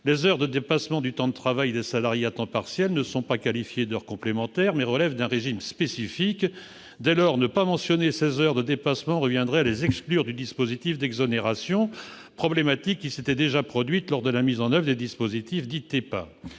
les heures de dépassement du temps de travail des salariés à temps partiel ne sont pas qualifiées d'heures complémentaires, mais relèvent d'un régime spécifique. Dès lors, ne pas mentionner ces heures de dépassement reviendrait à les exclure du dispositif d'exonération, problématique qui s'était déjà posée lors de la mise en oeuvre des dispositifs dits « TEPA